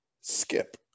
skip